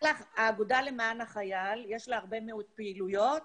האגודה למען החייל, יש לה הרבה מאוד פעילויות